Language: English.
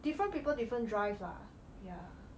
different people different drive lah ya